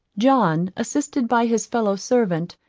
john, assisted by his fellow-servant,